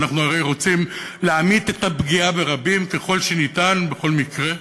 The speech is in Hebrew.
ואנחנו הרי רוצים להמעיט את הפגיעה ברבים ככל שניתן בכל מקרה.